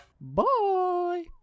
bye